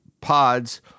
pods